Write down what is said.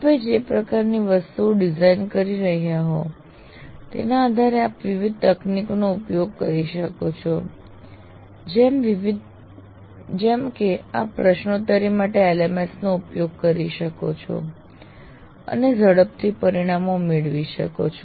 આપ જે પ્રકારની વસ્તુઓ ડિઝાઇન કરી રહ્યા છો તેના આધારે આપ વિવિધ તકનીકનો ઉપયોગ કરી શકો છો જેમ કે આપ પ્રશ્નોત્તરી માટે LMS નો ઉપયોગ કરી શકો છો અને ઝડપથી પરિણામો મેળવી શકો છો